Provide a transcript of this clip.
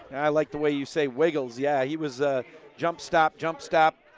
i like the way you say wiggles. yeah, he was ah jump stop, jump stop,